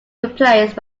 replaced